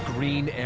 Green